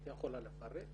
את יכולה לפרט?